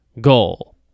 goal